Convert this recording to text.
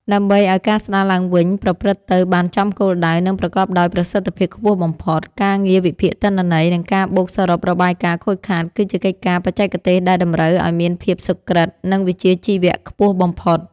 ដើម្បីឱ្យការស្តារឡើងវិញប្រព្រឹត្តទៅបានចំគោលដៅ និងប្រកបដោយប្រសិទ្ធភាពខ្ពស់បំផុត ការងារវិភាគទិន្នន័យ និងការបូកសរុបរបាយការណ៍ខូចខាតគឺជាកិច្ចការបច្ចេកទេសដែលតម្រូវឱ្យមានភាពសុក្រឹត និងវិជ្ជាជីវៈខ្ពស់បំផុត។